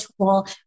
tool